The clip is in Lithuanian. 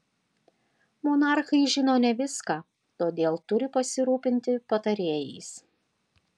monarchai žino ne viską todėl turi pasirūpinti patarėjais